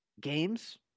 games